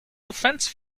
defense